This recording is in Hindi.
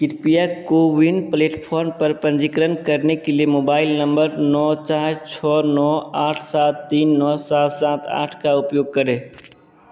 कृपया कोविन प्लेटफ़ॉर्म पर पंजीकरण करने के लिए मोबाइल नम्बर नौ चार छः नौ आठ सात तीन नौ सात सात आठ का उपयोग करें